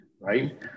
right